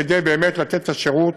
כדי לתת את השירות